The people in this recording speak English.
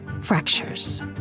fractures